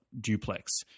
duplex